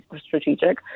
strategic